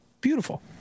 beautiful